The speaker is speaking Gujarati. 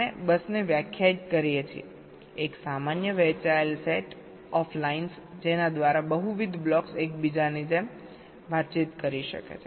આપણે બસને વ્યાખ્યાયિત કરીએ છીએ એક સામાન્ય વહેંચાયેલ સેટ ઓફ લાઇન્સ જેના દ્વારા બહુવિધ બ્લોક્સ એકબીજાની જેમ વાતચીત કરી શકે છે